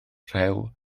rhew